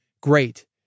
great